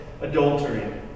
adultery